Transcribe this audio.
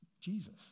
Jesus